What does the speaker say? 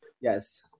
Yes